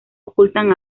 ocultan